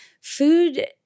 food